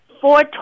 four